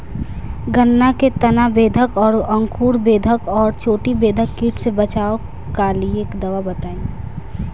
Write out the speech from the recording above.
गन्ना में तना बेधक और अंकुर बेधक और चोटी बेधक कीट से बचाव कालिए दवा बताई?